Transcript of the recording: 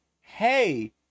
hey